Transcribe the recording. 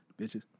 bitches